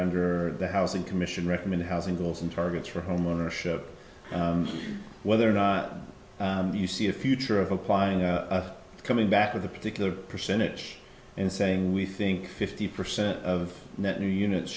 under the housing commission recommended housing goals and targets for homeownership whether or not you see a future of applying a coming back with a particular percentage and saying we think fifty percent of net new units